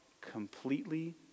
completely